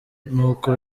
nuko